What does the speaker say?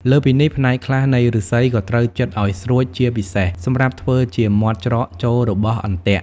លើសពីនេះ ផ្នែកខ្លះនៃឫស្សីក៏ត្រូវចិតឲ្យស្រួចជាពិសេសសម្រាប់ធ្វើជាមាត់ច្រកចូលរបស់អន្ទាក់។